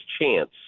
chance